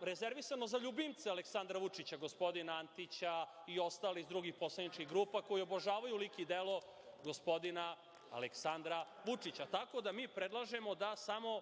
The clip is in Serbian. rezervisano za ljubimce Aleksandra Vučića, gospodina Antića i ostalih iz drugih poslaničkih grupa koji obožavaju lik i delo gospodina Aleksandra Vučića. Tako da, mi predlažemo da samo